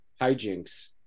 hijinks